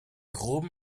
groben